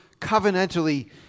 covenantally